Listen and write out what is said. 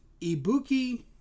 Ibuki